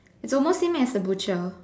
it's almost same as the butcher